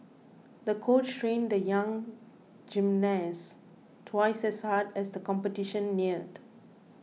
the coach trained the young gymnast twice as hard as the competition neared